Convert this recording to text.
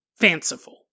fanciful